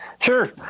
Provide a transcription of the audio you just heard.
Sure